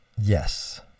Yes